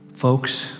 Folks